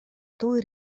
tuj